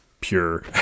pure